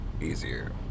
easier